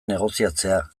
negoziatzea